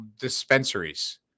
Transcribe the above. dispensaries